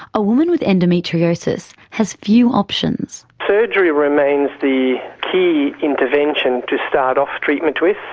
a woman with endometriosis has few options. surgery remains the key intervention to start off treatment with,